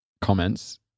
comments